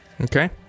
Okay